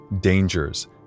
dangers